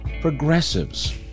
progressives